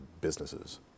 businesses